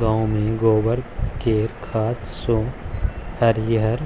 गांव मे गोबर केर खाद सँ हरिहर